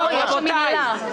רבותיי.